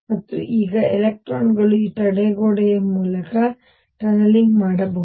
ಮತ್ತು ಈಗ ಎಲೆಕ್ಟ್ರಾನ್ಗಳು ಈ ತಡೆಗೋಡೆಯ ಮೂಲಕ ಟನಲಿಂಗ್ ಮಾಡಬಹುದು